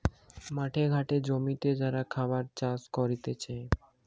মাঠে ঘাটে জমিতে যারা খাবার চাষ করতিছে